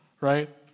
right